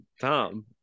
tom